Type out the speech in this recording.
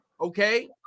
Okay